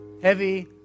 heavy